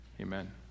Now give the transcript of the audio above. Amen